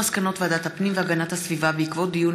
מסקנות ועדת הפנים והגנת הסביבה בעקבות דיון